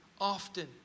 often